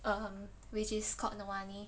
um which is called nowani